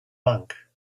monk